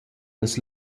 las